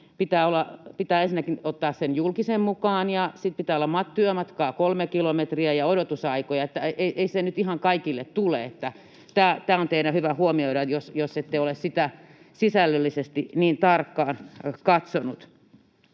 pitää ensinnäkin ottaa julkisen mukaan ja sitten pitää olla työmatkaa 3 kilometriä ja odotusaikoja, eli ei se nyt ihan kaikille tule. Tämä on teidän hyvä huomioida, jos ette ole sitä sisällöllisesti niin tarkkaan katsonut.